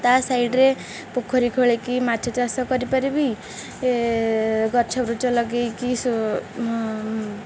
ତା ସାଇଡ୍ରେ ପୋଖରୀ ଖୋଳିକି ମାଛ ଚାଷ କରିପାରିବି ଗଛ ଗୁଛ ଲଗାଇକି